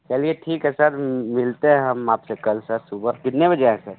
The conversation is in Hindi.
चलिए ठीक है सर मिलते हैं हम आपसे कल सर सुबह कितने बजे आएं सर